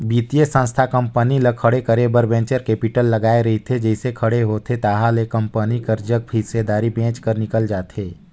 बित्तीय संस्था कंपनी ल खड़े करे बर वेंचर कैपिटल लगाए रहिथे जइसे खड़े होथे ताहले कंपनी कर जग हिस्सादारी बेंच कर निकल जाथे